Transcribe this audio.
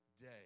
day